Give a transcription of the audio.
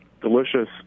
delicious